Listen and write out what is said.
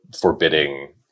forbidding